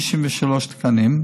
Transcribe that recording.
63 תקנים.